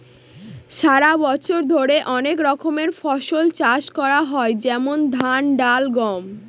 সারা বছর ধরে অনেক রকমের ফসল চাষ করা হয় যেমন ধান, ডাল, গম